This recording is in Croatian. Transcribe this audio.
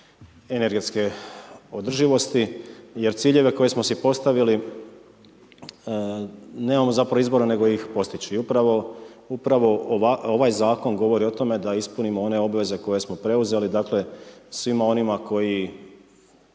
energetske održivosti jer ciljeve koje smo si postavili nemamo zapravo izbora nego ih postići. Upravo, upravo ovaj zakon govori o tome da ispunimo one obveze koje smo preuzeli, dakle svima onima koji